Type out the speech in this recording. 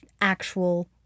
actual